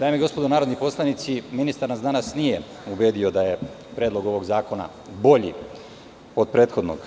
Dame i gospodo narodni poslanici, ministar nas danas nije ubedio da je predlog ovog zakona bolji od prethodnog